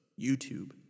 youtube